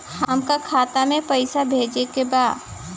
हमका खाता में पइसा भेजे के बा